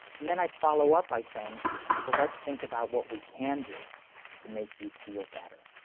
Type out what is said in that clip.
and then i follow up by saying so let's think about what we can do to make you feel better.